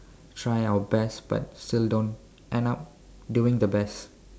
try our best but still don't end up doing the best